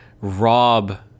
rob